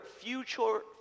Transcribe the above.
future